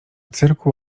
cyrku